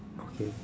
okay